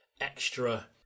extra